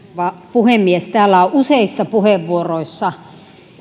puhemies täällä on useissa puheenvuoroissa